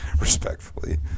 respectfully